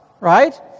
Right